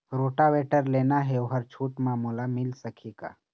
Rotavator लेना हे ओहर छूट म मोला मिल सकही का?